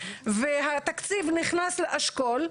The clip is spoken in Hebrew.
והתקציב נכנס לאשכול,